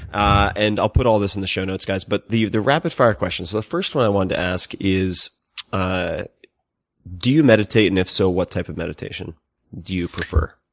and i'll put all this in the show notes, guys, but the the rapid fire questions. so the first one i want to ask is ah do you meditate, and if so what type of meditation do you prefer?